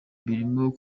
birimo